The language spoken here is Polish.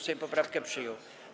Sejm poprawkę przyjął.